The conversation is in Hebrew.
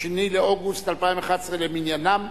2 באוגוסט 2011 למניינם,